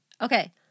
Okay